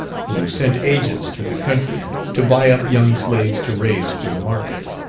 who sent agents through the country to buy up young slaves to raise for the market.